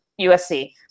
USC